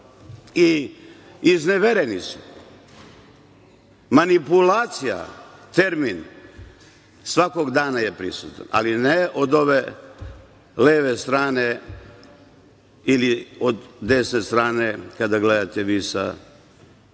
i iznevereni su. Manipulacija, termin, svakog dana je prisutna, ali ne od ove leve strane ili od desne strane, kada gledate vi sa mesta